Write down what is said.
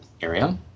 area